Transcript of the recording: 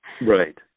Right